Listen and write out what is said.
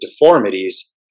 deformities